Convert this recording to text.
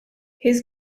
his